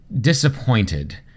disappointed